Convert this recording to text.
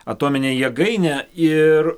atominę jėgainę ir